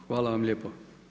Hvala vam lijepo.